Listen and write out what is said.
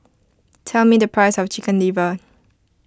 tell me the price of Chicken Liver